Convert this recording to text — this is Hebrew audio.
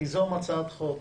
תיזום הצעת חוק